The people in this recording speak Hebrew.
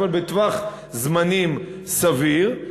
אבל בטווח זמנים סביר,